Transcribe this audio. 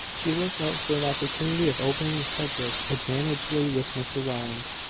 she looked out for an opportunity of opening the subject advantageously with mr rowland.